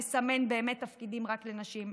נסמן באמת תפקידים רק לנשים,